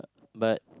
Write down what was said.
but